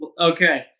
okay